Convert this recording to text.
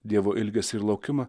dievo ilgesį ir laukimą